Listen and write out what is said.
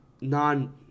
non